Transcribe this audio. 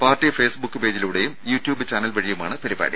party Facebook പേജിലൂടെയും YouTube channel വഴിയുമാണ് പരിപാടി